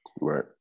right